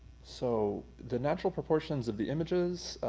so the natural proportions of the images,